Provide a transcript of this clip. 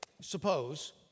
suppose